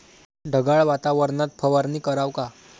ढगाळ वातावरनात फवारनी कराव का?